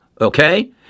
Okay